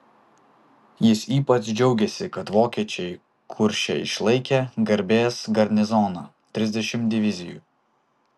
jis ypač džiaugėsi kad vokiečiai kurše išlaikė garbės garnizoną trisdešimt divizijų